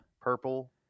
purple